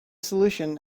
solution